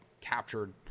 captured